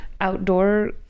outdoor